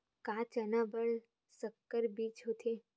का चना बर संकर बीज होथे?